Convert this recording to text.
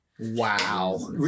Wow